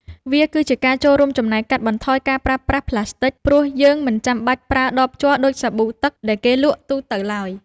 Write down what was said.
វាគឺជាការចូលរួមចំណែកកាត់បន្ថយការប្រើប្រាស់ប្លាស្ទិក ព្រោះយើងមិនចាំបាច់ប្រើដបជ័រដូចសាប៊ូទឹកដែលគេលក់ទូទៅឡើយ។